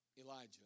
Elijah